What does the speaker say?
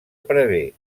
prevé